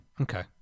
Okay